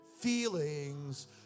feelings